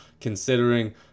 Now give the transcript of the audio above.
considering